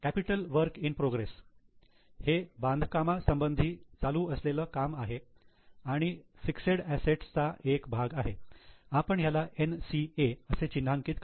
capital work in progress हे बांधकाम संबंधी चालू असलेलं काम आहे आणि फिक्सेड असेट्स चा एक भाग आहे आपण त्याला 'NCA' असे चिन्हांकित करू